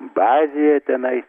bazėje tenai